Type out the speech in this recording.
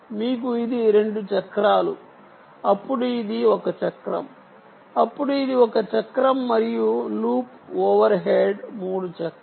మీకు ఇది 2 చక్రాలు అప్పుడు ఇది 1 చక్రం అప్పుడు ఇది 1 చక్రం మరియు లూప్ ఓవర్ హెడ్ 3 చక్రాలు